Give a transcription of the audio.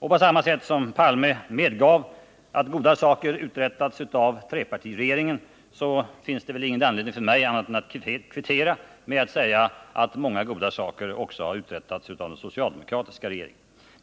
På samma sätt som Olof Palme medgav att goda saker har uträttats av trepartiregeringen, så finns det väl ingen anledning för mig att göra annat än kvittera med att säga att många saker också har uträttats av den socialdemokratiska regeringen.